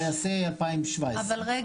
ו-2024?